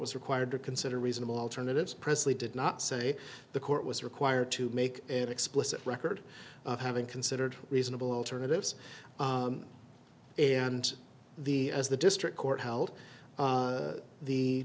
was required to consider reasonable alternatives pressley did not say the court was required to make it explicit record of having considered reasonable alternatives and the as the district court h